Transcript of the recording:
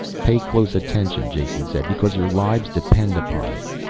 pay close attention, jason said, because your lives depend upon it.